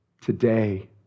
Today